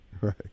right